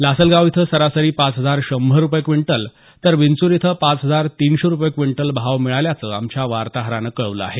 लासलगाव इथं सरासरी पाच हजार शंभर रुपये क्विंटल तर विंच्र इथं पाच हजार तिनशे रुपये क्विंटल भाव मिळाल्याचं आमच्या वार्ताहरानं कळवलं आहे